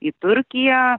į turkiją